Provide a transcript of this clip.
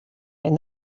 and